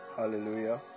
hallelujah